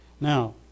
Now